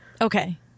Okay